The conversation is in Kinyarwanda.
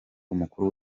umukuru